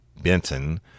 Benton